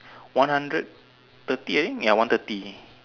one hundred thirty I think ya one thirty